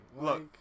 look